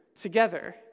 together